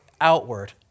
outward